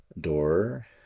door